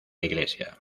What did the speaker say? iglesia